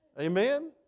Amen